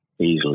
easily